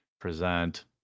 present